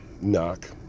knock